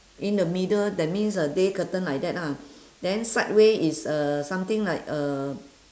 in the middle that means uh day curtain like that lah then side way is uh something like uh